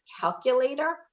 calculator